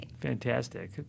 Fantastic